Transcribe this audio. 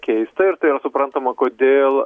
keista ir tai yra suprantama kodėl